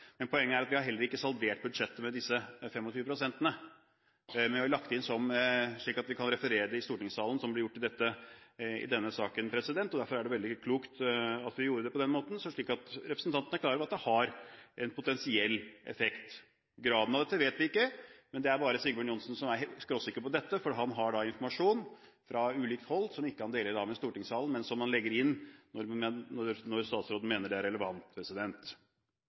men poenget er at vi har heller ikke saldert budsjettet med disse 25 prosentene. Men vi har lagt det inn slik at vi kan referere det i stortingssalen – som blir gjort i denne saken. Derfor er det veldig klokt at vi gjorde det på den måten, slik at representantene er klar over at det har en potensiell effekt. Graden av dette vet vi ikke, men det er bare Sigbjørn Johnsen som er helt skråsikker på dette, for han har informasjon fra ulikt hold som han ikke deler med stortingssalen, men som han legger inn når han mener det er relevant. Til representanten Teigen i forrige sak kan jeg si at han vil stemme for det